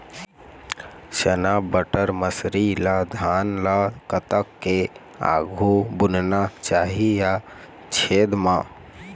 चना बटर मसरी ला धान ला कतक के आघु बुनना चाही या छेद मां?